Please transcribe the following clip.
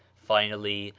finally,